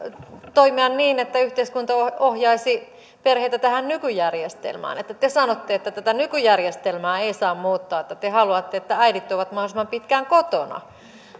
toimia niin että yhteiskunta ohjaisi perheitä tähän nykyjärjestelmään te sanotte että tätä nykyjärjestelmää ei saa muuttaa te haluatte että äidit ovat mahdollisimman pitkään kotona